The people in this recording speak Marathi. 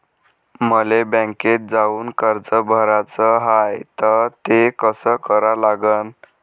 मले बँकेत जाऊन कर्ज भराच हाय त ते कस करा लागन?